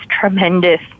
tremendous